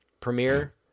premiere